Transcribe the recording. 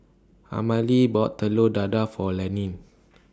Amalie bought Telur Dadah For Lanny